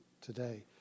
today